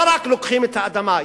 לא רק לוקחים את האדמה.